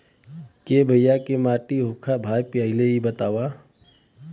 कै तरह के माटी होला भाय पहिले इ बतावा?